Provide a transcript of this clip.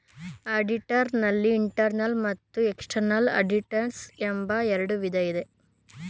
auditor ನಲ್ಲಿ internal ಮತ್ತು external auditors ಎಂಬ ಎರಡು ವಿಧ ಇದೆ